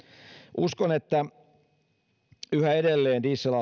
uskon että yhä edelleen dieselauto